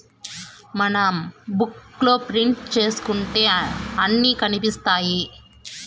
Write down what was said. మనం బుక్ లో ప్రింట్ ఏసుకుంటే అన్ని కనిపిత్తాయి